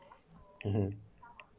mmhmm